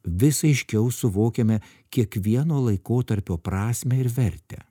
vis aiškiau suvokiame kiekvieno laikotarpio prasmę ir vertę